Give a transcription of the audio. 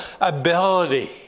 ability